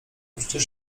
przecież